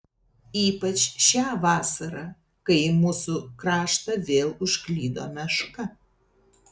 ypač šią vasarą kai į mūsų kraštą vėl užklydo meška